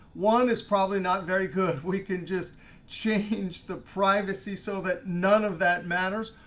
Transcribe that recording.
one is probably not very good. we can just change the privacy so that none of that matters.